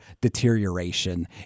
deterioration